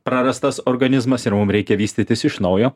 prarastas organizmas ir mum reikia vystytis iš naujo